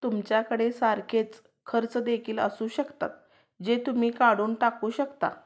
तुमच्याकडे सारखेच खर्च देखील असू शकतात जे तुम्ही काढून टाकू शकता